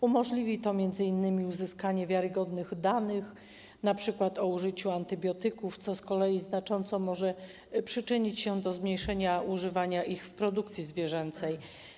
Umożliwi on m.in. uzyskiwanie wiarygodnych danych np. o użyciu antybiotyków, co z kolei znacząco może przyczynić się do zmniejszenia używania ich w produkcji zwierzęcej.